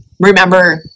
Remember